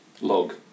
log